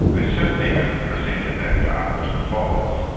ah certainly haven't presented that data to fos,